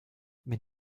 wenn